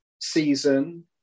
season